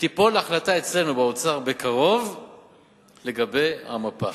ותיפול החלטה אצלנו באוצר בקרוב לגבי המפה.